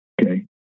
Okay